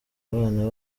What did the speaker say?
abana